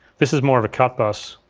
this is more of a cut-bus,